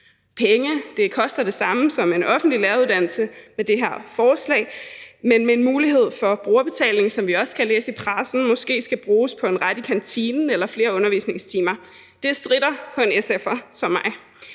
Det koster det samme som en offentlig læreruddannelse med det her forslag, men med en mulighed for brugerbetaling, som vi også kan læse i pressen måske skal bruges på en ret i kantinen eller flere undervisningstimer. Det får det til at stritte på en SF'er som mig.